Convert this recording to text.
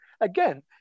again